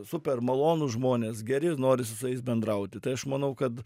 super malonūs žmonės geri norisi su jais bendrauti tai aš manau kad